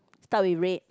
start with red